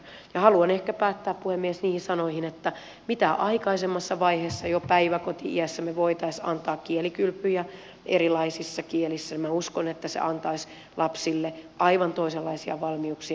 ja haluan ehkä päättää puhemies niihin sanoihin että minä uskon että se että mitä aikaisemmassa vaiheessa jo päiväkoti iässä me voisimme antaa kielikylpyjä erilaisissa kielissä antaisi lapsille aivan toisenlaisia valmiuksia